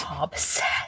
Obsessed